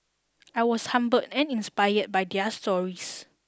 I was humbled and inspired by their stories